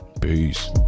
Peace